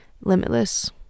limitless